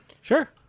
Sure